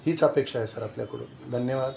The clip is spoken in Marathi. हीच अपेक्षा आहे सर आपल्याकडून धन्यवाद